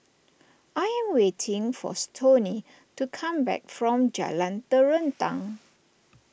I am waiting for Stoney to come back from Jalan Terentang